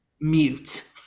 mute